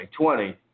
2020